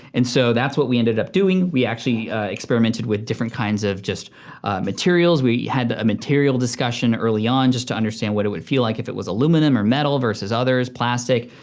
and so that's what we ended up doing. we actually experimented with different kinds of just materials. we had a material discussion early on just to understand what it would feel like if it was aluminum or metal versus others, plastic.